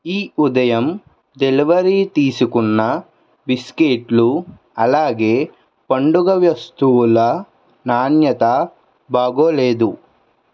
ఈ ఉదయం డెలివరీ తీసుకున్న బిస్కెట్లు అలాగే పండుగ వస్తువుల నాణ్యత బాగోలేదు